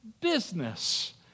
business